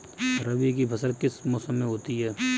रबी की फसल किस मौसम में होती है?